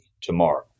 tomorrow